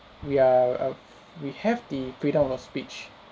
we are of we have the freedom of speech